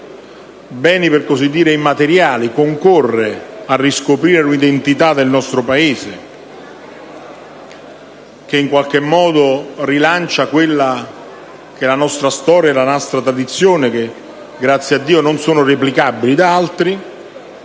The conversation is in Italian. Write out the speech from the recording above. che sono beni immateriali, concorre a riscoprire l'identità del nostro Paese; che, in qualche modo, rilancia la nostra storia e la nostra tradizione che, grazie a Dio, non sono replicabili da altri